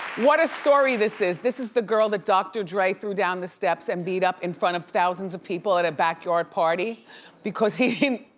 what a story this is, this is the girl that dr. dre threw down the steps and beat up in front of thousands of people at a back yard party because he didn't,